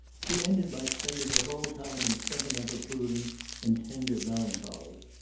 she ended by spending her whole time in sentimental brooding and tender melancholy.